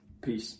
Peace